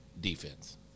defense